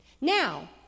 Now